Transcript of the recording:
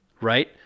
right